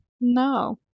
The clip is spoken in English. no